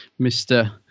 mr